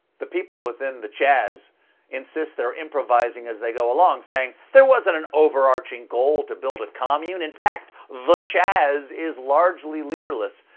the people within the chaz insist they're improvising as they go along, saying, there wasn't an overarching goal to build a commune. in fact, chaz is largely leaderless,